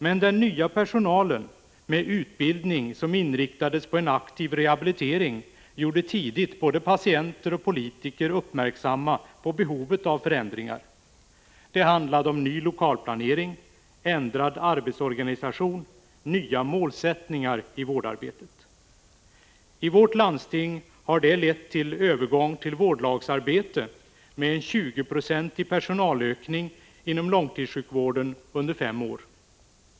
Men den nya personalen, med utbildning som inriktades på en aktiv rehabilitering, gjorde tidigt både patienter och politiker uppmärksamma på behovet av förändringar. Det handlade om ny lokalplanering, ändrad arbetsorganisation, nya målsättningar i vårdarbetet. I vårt landsting har det lett till övergång till vårdlagsarbete, med en 20 procentig personalökning i långtidssjukvården under fem år.